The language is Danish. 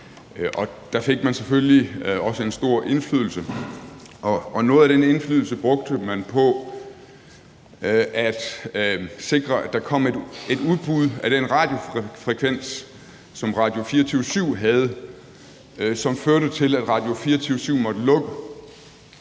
Der fik man selvfølgelig også en stor indflydelse, og noget af den indflydelse brugte man på at sikre, at der kom et udbud af den radiofrekvens, som Radio24syv havde, hvilket førte til, at Radio24syv måtte lukke.